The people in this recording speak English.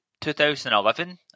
2011